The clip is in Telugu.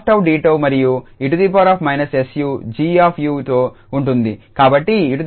f𝜏𝑑𝜏 మరియు 𝑒−𝑠𝑢 𝑔𝑢తో ఉంటుంది కాబట్టి 𝑒−𝑠𝑢 ఆపై ఇది 𝑑𝑢